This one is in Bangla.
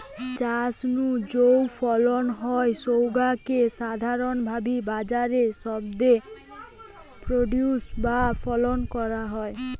চাষ নু যৌ ফলন হয় স্যাগা কে সাধারণভাবি বাজারি শব্দে প্রোডিউস বা ফসল কয়া হয়